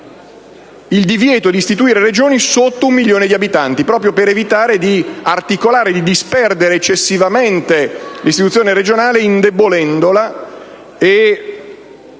il divieto di istituire Regioni sotto il milione di abitanti, proprio per evitare di frammentare eccessivamente l'istituzione regionale indebolendola